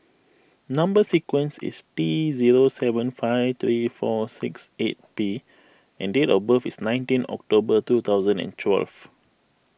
Number Sequence is T zero seven five three four six eight P and date of birth is nineteen October two thousand and twelve